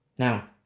Now